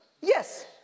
Yes